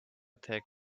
take